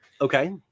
Okay